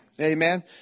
Amen